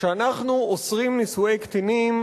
כשאנחנו אוסרים נישואי קטינים,